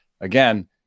again